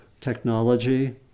technology